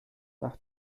nach